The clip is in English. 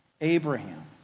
Abraham